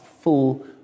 full